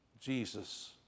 Jesus